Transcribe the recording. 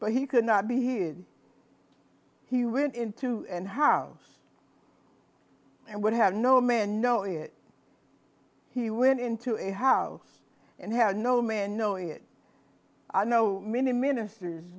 but he could not be here he went into and house and would have no man know it he went into a house and had no man know it i know many ministers